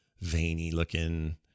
veiny-looking